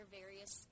various